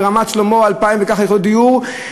ברמת-שלמה 2,000 וכך יחידות דיור,